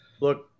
look